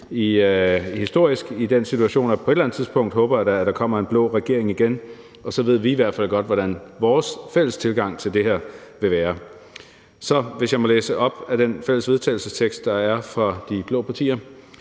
historisk i den situation, at der på et eller andet tidspunkt – håber jeg da – igen kommer en blå regering, og så ved vi i hvert fald godt, hvordan vores fælles tilgang til det her vil være. Så hvis jeg må læse op af den fælles vedtagelsestekst, der er fra de blå partier